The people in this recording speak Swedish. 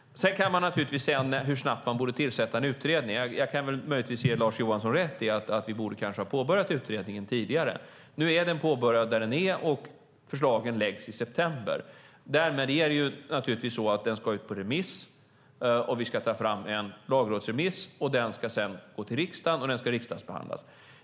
Man kan naturligtvis diskutera hur snabbt man borde tillsätta en utredning. Jag kan ge Lars Johansson rätt i att vi kanske borde ha påbörjat utredningen tidigare. Nu är den påbörjad och förslagen läggs fram i september. Den ska ut på remiss, vi ska ta fram en lagrådsremiss som ska läggas fram för riksdagen och riksdagsbehandlas.